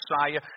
Messiah